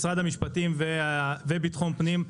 משרד המשפטים והמשרד לביטחון פנים,